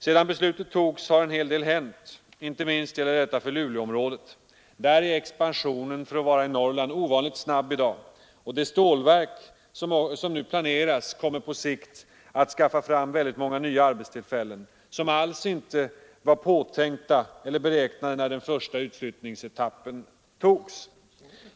Sedan beslutet togs har en hel del hänt. Inte minst gäller detta för Luleåområdet. Där är expansionen för att vara i Norrland ovanligt snabb i dag. Det stålverk som nu planeras kommer på sikt att skaffa fram många nya arbetstillfällen, som alls inte var påtänkta eller beräknade när den första utflyttningsetappen togs.